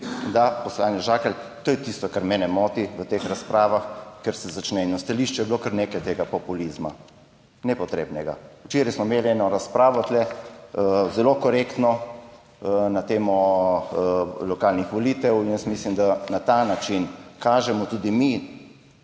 Da, poslanec Žakelj, to je tisto kar mene moti v teh razpravah, ker se začne in v stališču je bilo kar nekaj tega populizma, nepotrebnega. Včeraj smo imeli eno razpravo tu, zelo korektno, na temo lokalnih volitev in jaz mislim, da na ta način kažemo tudi mi